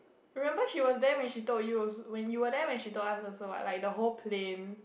remember she was there when she told you also~ when we were there when she told us also what like the whole plane